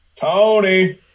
Tony